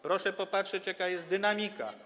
Proszę popatrzeć, jaka jest dynamika.